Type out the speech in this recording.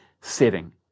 setting